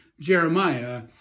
Jeremiah